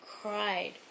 cried